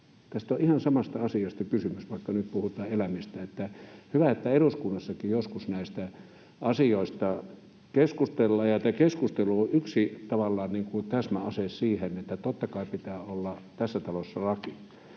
Tässä on ihan samasta asiasta kysymys, vaikka nyt puhutaan eläimistä. Hyvä, että eduskunnassakin joskus näistä asioista keskustellaan, ja tämä keskustelu on tavallaan yksi täsmäase siihen. Totta kai pitää olla tässä talossa laki,